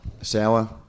Sour